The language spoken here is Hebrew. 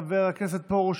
חבר הכנסת פרוש,